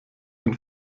ein